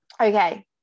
Okay